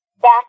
back